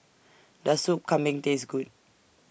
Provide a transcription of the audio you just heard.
Does Soup Kambing Taste Good